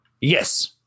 Yes